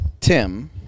Tim